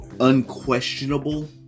unquestionable